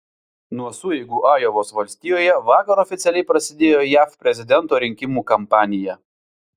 nuo sueigų ajovos valstijoje vakar oficialiai prasidėjo jav prezidento rinkimų kampanija